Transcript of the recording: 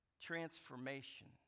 transformation